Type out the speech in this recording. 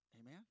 Amen